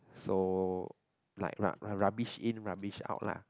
so like ru~ rubbish in rubbish out lah